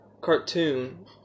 cartoon